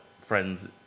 friends